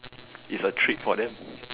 is a treat for that